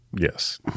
Yes